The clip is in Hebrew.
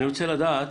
אני רוצה לדעת